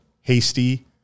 Hasty